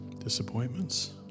Disappointments